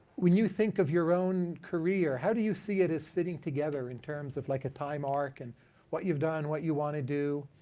when you think of your own career, how do you see it as fitting together in terms of like a time arc, and what you've done, and what you want to do?